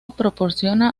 proporciona